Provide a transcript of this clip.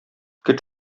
көт